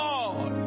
Lord